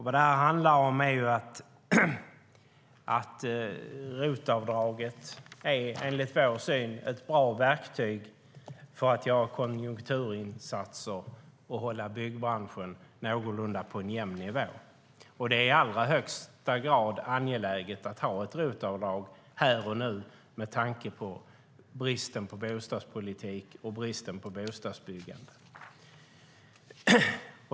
Vad det handlar om är att ROT-avdraget enligt vår syn är ett bra verktyg för att göra konjunkturinsatser och hålla byggbranschen på en någorlunda jämn nivå. Det är i allra högsta grad angeläget att ha ett ROT-avdrag här och nu med tanke på bristen på bostadspolitik och bostadsbyggande.